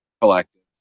Collective